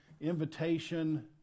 invitation